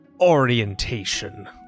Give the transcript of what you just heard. orientation